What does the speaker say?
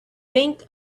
think